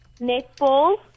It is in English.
netball